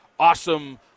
Awesome